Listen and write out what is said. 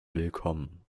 willkommen